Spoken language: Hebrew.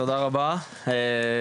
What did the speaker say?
תודה רבה,